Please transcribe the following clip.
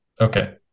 okay